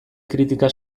kritika